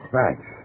Thanks